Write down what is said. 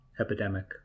epidemic